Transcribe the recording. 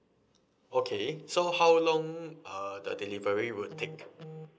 okay so how long uh the delivery would take